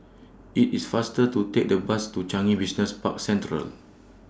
IT IS faster to Take The Bus to Changi Business Park Central